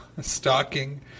stalking